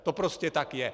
To prostě tak je.